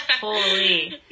Holy